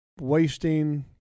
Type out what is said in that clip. wasting –